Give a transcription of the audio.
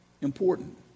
important